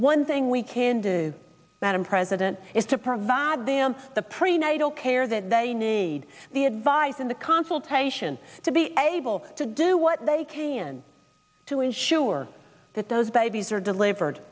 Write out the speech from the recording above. one thing we can do madam president is to provide them the prenatal care that they need the advice and the consultation to be able to do what they can to ensure that those babies are delivered